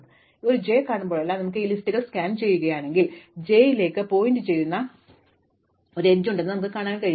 അതിനാൽ ഞങ്ങൾ ഒരു ജെ കാണുമ്പോഴെല്ലാം നിങ്ങൾ ഈ ലിസ്റ്റുകൾ സ്കാൻ ചെയ്യുകയാണെങ്കിൽ j ലേക്ക് പോയിന്റുചെയ്യുന്ന ഒരു എഡ്ജ് ഉണ്ടെന്ന് ഞങ്ങൾക്കറിയാം ഞങ്ങൾ വർദ്ധിപ്പിക്കും